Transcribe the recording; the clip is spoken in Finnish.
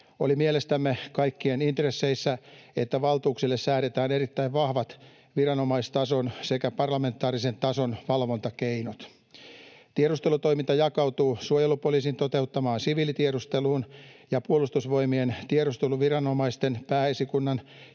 Oli mielestämme kaikkien intresseissä, että valtuuksille säädetään erittäin vahvat viranomaistason sekä parlamentaarisen tason valvontakeinot. Tiedustelutoiminta jakautuu suojelupoliisin toteuttamaan siviilitiedusteluun ja Puolustusvoimien tiedusteluviranomaisten pääesikunnan